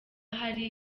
hari